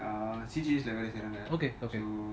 okay okay